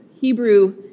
Hebrew